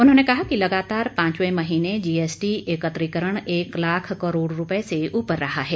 उन्होंने कहा कि लगातार पांचवें महीने जीएसटी एकत्रीकरण एक लाख करोड़ रूपए से ऊपर रहा है